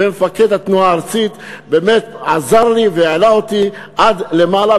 ומפקד התנועה הארצית באמת עזר לי והעלה אותי עד למעלה,